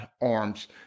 arms